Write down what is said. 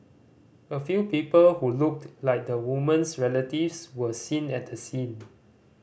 a few people who looked like the woman's relatives were seen at the scene